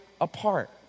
apart